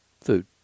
food